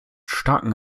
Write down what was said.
starkem